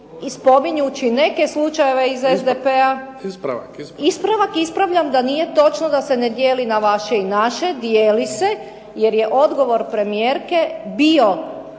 Ispravak. **Lovrin, Ana (HDZ)** Ispravljam da nije točno da se ne dijeli na vaše i naše. Dijeli se jer je odgovor premijerke bio